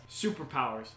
superpowers